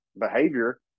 behavior